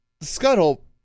Scuttle